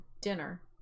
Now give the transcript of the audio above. dinner